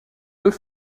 deux